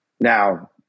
Now